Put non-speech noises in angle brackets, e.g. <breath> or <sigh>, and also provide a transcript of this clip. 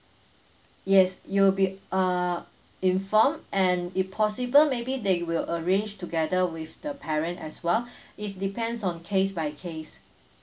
yes you will be uh informed and if possible maybe they will arrange together with the parent as well <breath> it's depends on case by case